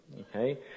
okay